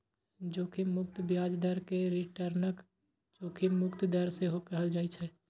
जोखिम मुक्त ब्याज दर कें रिटर्नक जोखिम मुक्त दर सेहो कहल जाइ छै